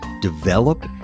develop